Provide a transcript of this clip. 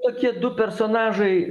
tokie du personažai